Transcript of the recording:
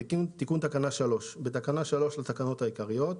תיקון תקנה 3 4 בתקנה 3 לתקנות העיקריות,